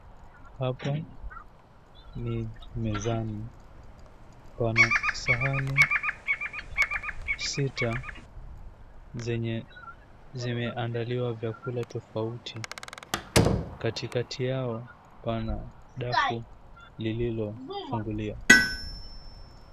Hapa ni mezani, pana sahani sita zilizotandaliwa vyakula tofauti. Katikati yao pana daku lililofunguliwa.